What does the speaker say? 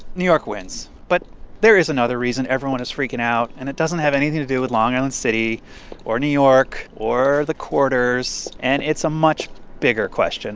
new york wins. but there is another reason everyone is freaking out, and it doesn't have anything to do with long island city or new york or the quarters. and it's a much bigger question